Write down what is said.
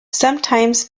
sometimes